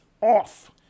off